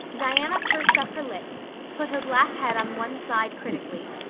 diana pursed up her lips, put her black head on one side critically,